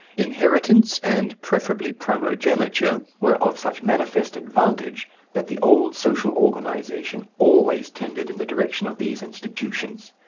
inheritance and preferably primogeniture were of such manifest advantage that the old social organization always tended in the direction of these institutions.